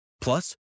Plus